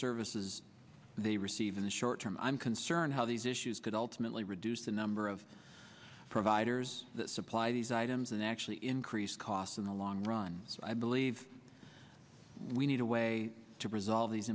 services they receive in the short term i'm concerned how these issues could absolutely reduce the number of providers that supply these items and actually increase costs in the long run so i believe we need a way to resolve these